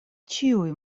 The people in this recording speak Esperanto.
ĉiuj